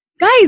guys